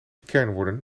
kernwoorden